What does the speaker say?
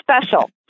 special